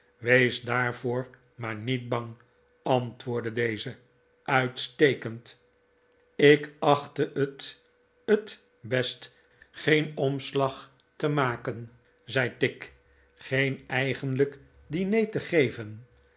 wees daarvoor maar niet bang antwoordde deze uitstekend ik achtte het t best geen omslag te maken zei tigg geen eigenlijk diner te geven